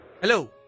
Hello